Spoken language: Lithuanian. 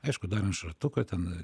aišku darant šratuką ten